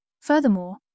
Furthermore